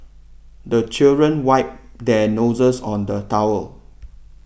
the children wipe their noses on the towel